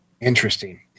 Interesting